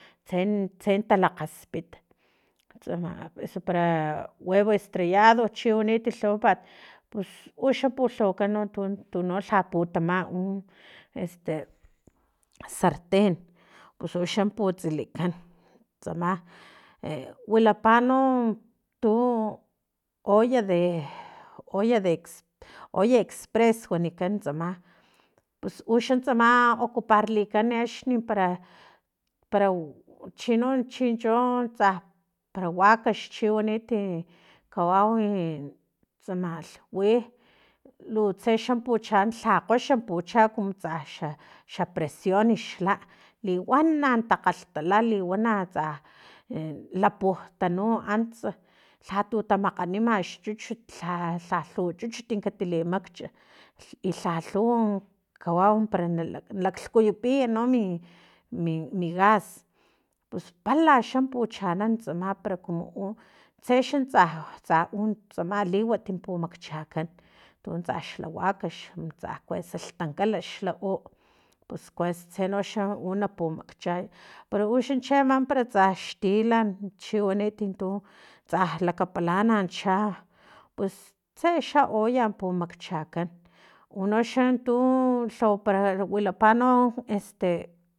Tse tse talakgaspit tsama usu para huevo estrellado chiwanit lhawapat pus uxa pulhawakan tun tu lha putama u este sarten pus uxa pitsilikan tsama ewilapa no tu olla de olla de ex olla expres wanikan tsama pus uxa tsama ocuperlikan axni para para chino chichon tsa para wakay chiwanit ti kawau i tsamalh wi lutse xa pucha lha kgoxa pucha kumu tsa xa xaprecion xla liwana takgalhtala liwana tsa e lapu tanu antsa lhatu tamakganima xchuchut lha lha lhuwa chuchut katalimach y lhal lhuw kawau para nalaklhkuyupiy mi mi gas pus pala xa puchanan tsama para kumu u tsexa tsa tsa u tsama liwat pumakchakan tutsax lawakax tsa kuesa lhtankala xau pus kuesa tsenoxa una pumakchay para uxa chiama para tsa xtilan chiwanit tu tsa lakapalana cha pus tse xa olla pumakchakan unoxa tu lhawapara wilapa no este